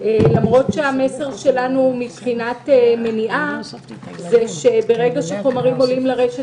למרות שהמסר שלנו מבחינת מניעה הוא שברגע שחומרים עולים לרשת